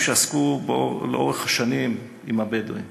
שעסקו בו לאורך השנים עם הבדואים,